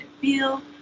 feel